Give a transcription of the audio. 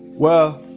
well,